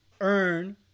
earn